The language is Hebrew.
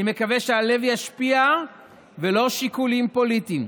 אני מקווה שהלב ישפיע ולא שיקולים פוליטיים.